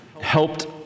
helped